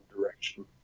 direction